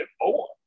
more